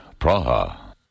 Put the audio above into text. Praha